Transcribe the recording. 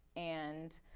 and